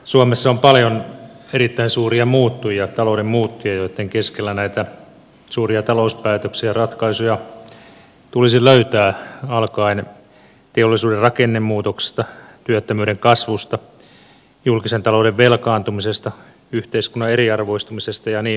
suomessa on paljon erittäin suuria talouden muuttujia joitten keskellä näitä suuria talouspäätöksiä ratkaisuja tulisi löytää alkaen teollisuuden rakennemuutoksesta työttömyyden kasvusta julkisen talouden velkaantumisesta yhteiskunnan eriarvoistumisesta ja niin edelleen